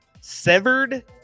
severed